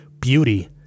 beauty